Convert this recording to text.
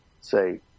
say